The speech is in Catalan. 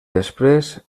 després